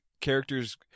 characters